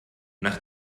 nach